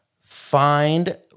find